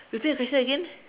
repeat the question again